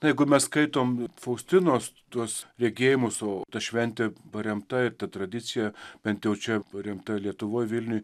na jeigu mes skaitom faustinos tuos regėjimus o ta šventė paremta ir ta tradicija bent jau čia paremta lietuvoj vilniuj